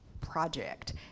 project